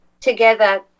together